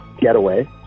getaway